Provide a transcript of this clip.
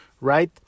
right